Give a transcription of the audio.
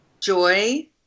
joy